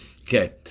Okay